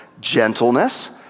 gentleness